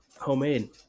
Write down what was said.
homemade